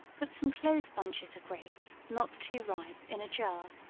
put some close bunches of grapes, not too ripe, in a jar,